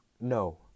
no